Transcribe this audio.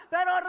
Pero